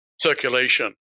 circulation